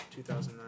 2009